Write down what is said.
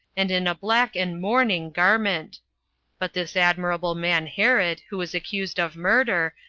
and in a black and mourning garment but this admirable man herod, who is accused of murder,